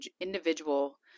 individual